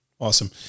Awesome